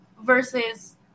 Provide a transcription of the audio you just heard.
versus